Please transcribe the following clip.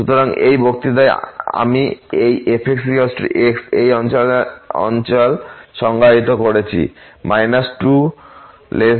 সুতরাং এই বক্তৃতায় আমি এই fx x অঞ্চল সংজ্ঞায়িত করেছি 2 x 2 এ